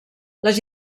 les